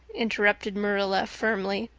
interrupted marilla firmly,